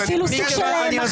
זה אפילו סוג של מחמאה.